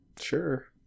Sure